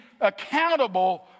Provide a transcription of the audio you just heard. accountable